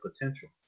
potential